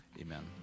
Amen